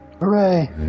hooray